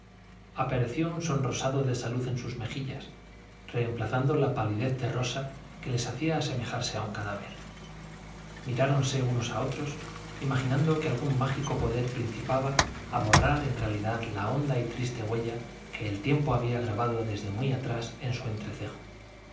apareció un sonrosado de salud en sus mejillas reemplazando la palidez terrosa que les hacía asemejarse a un cadáver miráronse unos a otros imaginando que algún mágico poder principiaba a borrar en realidad la honda y triste huella que el tiempo había grabado desde muy atrás en su entrecejo